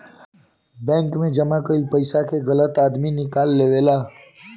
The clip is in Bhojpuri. बैंक मे जमा कईल पइसा के गलत आदमी निकाल लेवेला